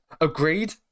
Agreed